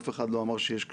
אף אחד לא אמר שאין קשיים.